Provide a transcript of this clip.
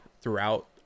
throughout